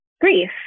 grief